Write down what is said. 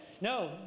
No